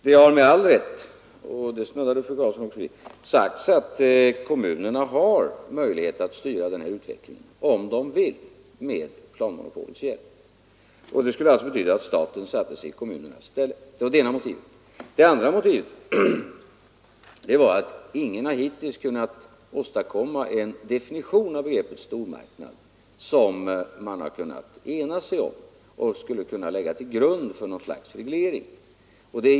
Det har med all rätt sagts — och det snuddade fru Karlsson också vid — att kommunerna har möjlighet att styra denna utveckling, om de så vill, med planmonopolets hjälp. Ett bifall till dessa yrkanden skulle alltså ha betytt att staten satt sig i kommunernas ställe. Det andra motivet var att ingen hittills har kunnat åstadkomma en definition på begreppet stormarknad som man kunnat enas om och som skulle kunna läggas till grund för något slags reglering.